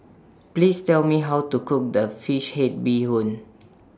Please Tell Me How to Cook The Fish Head Bee Hoon